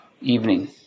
evening